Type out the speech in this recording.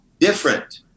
different